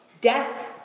Death